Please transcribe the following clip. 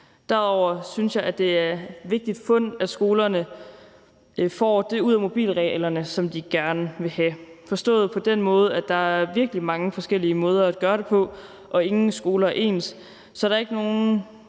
Derudover synes jeg, at det er et vigtigt fund, at skolerne får det ud af mobilreglerne, som de gerne vil have, forstået på den måde, at der er virkelig mange forskellige måder at gøre det på og ingen skoler er ens, så der er ikke nogen